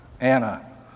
Anna